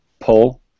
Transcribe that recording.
pull